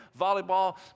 volleyball